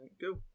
go